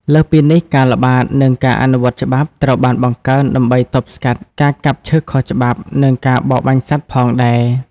លើសពីនេះ ការល្បាត និងការអនុវត្តច្បាប់ ត្រូវបានបង្កើនដើម្បីទប់ស្កាត់ការកាប់ឈើខុសច្បាប់ និងការបរបាញ់សត្វផងដែរ។